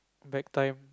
back time